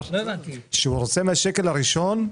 שהוא רוצה מהשקל הראשון,